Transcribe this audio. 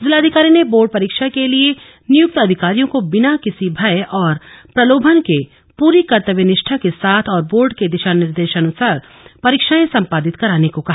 जिलाधिकारी ने बोर्ड परीक्षा के लिए नियुक्त अधिकारियों को बिना किसी भय और प्रलोभन के पूरी कर्तव्यनिष्ठा के साथ और बोर्ड के दिशा निर्देशानुसार परीक्षाए संपादित कराने को कहा